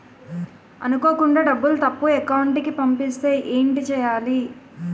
అనుకోకుండా డబ్బులు తప్పు అకౌంట్ కి పంపిస్తే ఏంటి చెయ్యాలి?